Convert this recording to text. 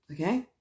okay